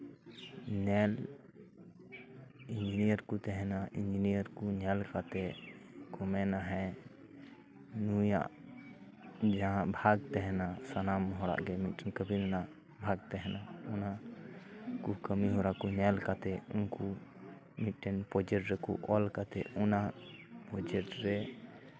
ᱧᱮᱞ ᱤᱧᱡᱤᱱᱤᱭᱟᱨ ᱠᱚ ᱛᱟᱦᱮᱱᱟ ᱤᱧᱡᱤᱱᱤᱭᱟᱨ ᱠᱚ ᱠᱟᱛᱮ ᱠᱚ ᱢᱮᱱᱟ ᱦᱮᱸ ᱱᱩᱭᱟᱜ ᱡᱟᱦᱟᱸ ᱵᱷᱟᱜᱽ ᱛᱟᱦᱮᱱᱟ ᱥᱟᱱᱟᱢ ᱦᱚᱲᱟᱜ ᱜᱮ ᱢᱤᱫᱴᱟᱱ ᱠᱟᱹᱢᱤ ᱨᱮᱱᱟᱜ ᱵᱷᱟᱜᱽ ᱛᱟᱦᱮᱱᱟ ᱚᱱᱟ ᱠᱚ ᱠᱟᱹᱢᱤᱦᱚᱨᱟ ᱠᱚ ᱧᱮᱞ ᱠᱟᱛᱮᱜ ᱩᱱᱠᱩ ᱢᱤᱫᱴᱮᱡ ᱯᱨᱚᱡᱮᱠᱴ ᱨᱮᱠᱚ ᱚᱞ ᱠᱟᱛᱮᱜ ᱚᱱᱟ ᱯᱨᱚᱡᱮᱠᱴ ᱨᱮ